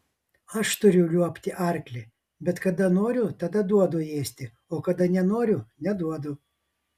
aš turiu liuobti arklį bet kada noriu tada duodu ėsti o kada nenoriu neduodu